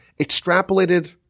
extrapolated